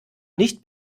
nicht